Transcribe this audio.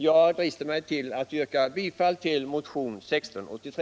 Jag dristar mig att yrka bifall till motionen 1683.